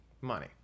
money